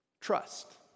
Trust